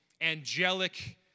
angelic